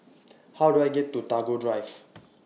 How Do I get to Tagore Drive